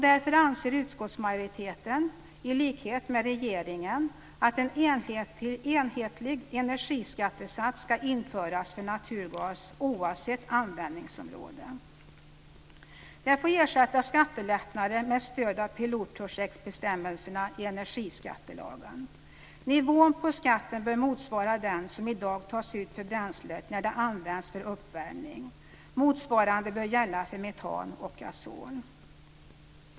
Därför anser utskottsmajoriteten, i likhet med regeringen, att en enhetlig energiskattesats ska införas för naturgas oavsett användningsområde. Det får ersätta skattelättnader med stöd av pilotprojektbestämmelserna i energiskattelagen. Nivån på skatten bör motsvara den som i dag tas ut för bränslet när det används för uppvärmning. Motsvarande bör gälla för metan och gasol.